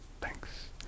Thanks